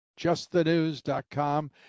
justthenews.com